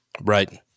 Right